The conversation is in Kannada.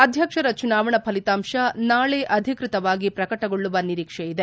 ಅಧ್ಯಕ್ಷರ ಚುನಾವಣಾ ಫಲಿತಾಂಶ ನಾಳೆ ಅಧಿಕ್ಷತವಾಗಿ ಪ್ರಕಟಗೊಳ್ಳುವ ನಿರೀಕ್ಷೆ ಇದೆ